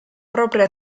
propria